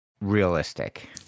realistic